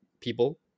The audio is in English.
people